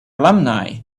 alumni